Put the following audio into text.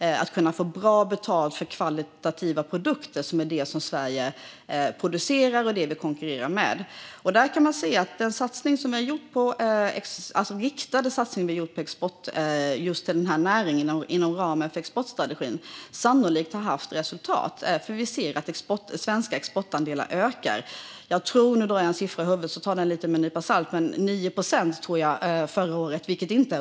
Vi behöver kunna få bra betalt för kvalitativa produkter, vilket är vad Sverige producerar och det vi konkurrerar med. Man kan se att den riktade satsning som vi har gjort på just denna näring inom ramen för exportstrategin sannolikt har fått resultat. Vi ser nämligen att svenska exportandelar ökar. Jag tror att det blev 9 procent förra året, vilket inte är obetydligt. Men givetvis var detta från alldeles för låga nivåer.